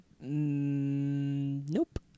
Nope